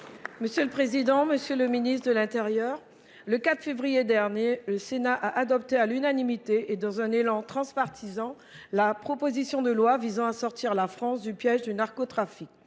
et indépendants. Monsieur le ministre de l’intérieur, le 4 février dernier, le Sénat a adopté à l’unanimité, dans un élan transpartisan, la proposition de loi visant à sortir la France du piège du narcotrafic.